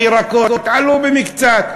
הירקות עלו במקצת,